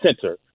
center